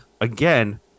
again